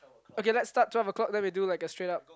okay let's start twelve O-clock then we do like a straight up